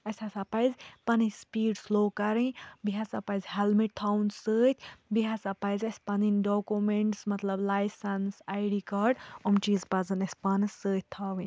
اَسہِ ہَسا پَزِ پَنٕنۍ سپیٖڈ سُلو کَرٕنۍ بیٚیہِ ہَسا پَزِ ہٮ۪لمِٹ تھاوُن سۭتۍ بیٚیہِ ہَسا پَزِ اَسہِ پَنٕنۍ ڈاکومٮ۪نٹٕس مطلب لایسَنٕس آی ڈی کارڈ یِم چیٖز پَزَن اَسہِ پانَس سۭتۍ تھاوٕنۍ